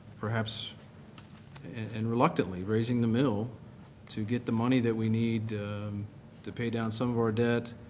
perhaps and reluctantly raising the mill to get the money that we need to pay down some of our debt,